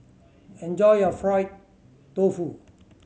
enjoy your fried tofu